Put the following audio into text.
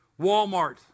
Walmart